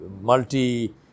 multi